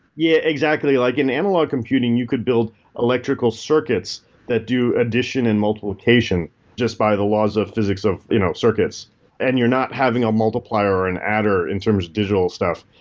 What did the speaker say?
yeah, exactly. like in analog computing, you could build electrical circuits that do addition and multiplication just by the laws of physics of you know circuits and you're not having a multiplier or an adder in terms of digital stuff.